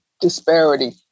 disparity